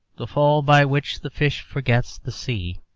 the fall by which the fish forgets the sea,